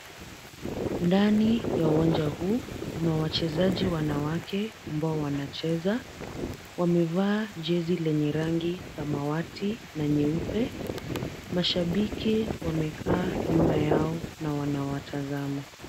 Ndani ya uwanja huu kuna wachezaji wanawake ambao wanacheza. Wamevaa jezi lenye rangi Samawati na nyeupe. Mashabiki wamekaa nyuma yao na wanawatazama.